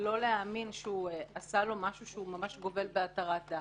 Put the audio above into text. ולא להאמין שהוא עשה לו משהו שהוא ממש גובל בהתרת דם.